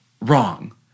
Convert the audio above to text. Wrong